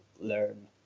learn